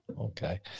Okay